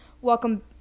Welcome